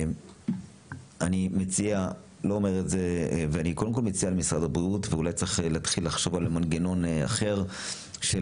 אני מציע למשרד הבריאות אולי להתחיל לחשוב על מנגנון אחר של